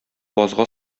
базга